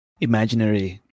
imaginary